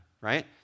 right